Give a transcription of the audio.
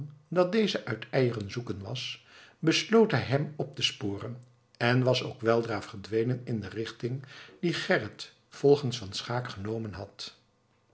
dat deze uit eieren zoeken was besloot hij hem op te sporen en was ook weldra verdwenen in de richting die gerrit volgens van schaeck genomen had